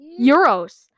euros